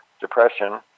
depression